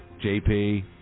JP